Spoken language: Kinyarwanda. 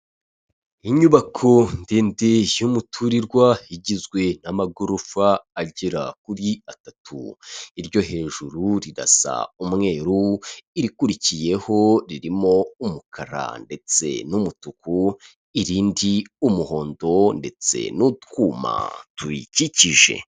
Inyubako ndende y'umuturirwa igizwe n'amagorofa agera kuri atatu iryo hejuru rirasa umweru irikurikiyeho ririmo umukara ndetse n'umutuku irindi umuhondo ndetse n'utwuma tuyikikije.